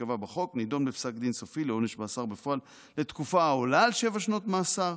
נידון בפסק דין סופי לעונש מאסר בפועל לתקופה העולה על שבע שנות מאסר,